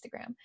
Instagram